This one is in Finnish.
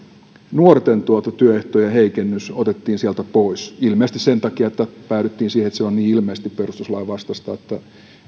nuorten työehtojen heikennys otettiin sieltä pois ilmeisesti sen takia että päädyttiin siihen että se on niin ilmeisesti perustuslain vastaista että